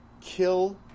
kill